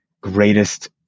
greatest